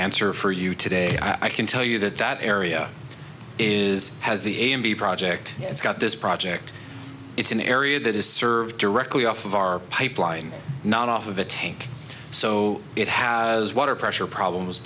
answer for you today i can tell you that that area is has the a m b project it's got this project it's an area that is served directly off of our pipeline not off of a tank so it has water pressure problems